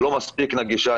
אבל לא מספיק נגישה.